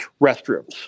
restrooms